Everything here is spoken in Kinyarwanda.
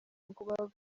ngo